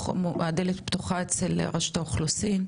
הדלת פתוחה אצל רשות האוכלוסין,